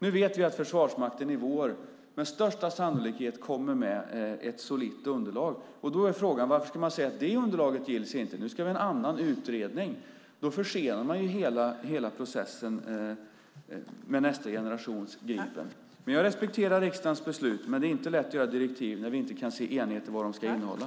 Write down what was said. Nu vet vi att Försvarsmakten i vår med största sannolikhet kommer med ett solitt underlag. Då är frågan varför det underlaget inte ska gillas utan att det i stället ska ske en annan utredning. Då försenas hela processen med nästa generations Gripen. Jag respekterar riksdagens beslut, men det är inte lätt att utforma direktiv när vi inte kan vara eniga om vad de ska innehålla.